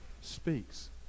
speaks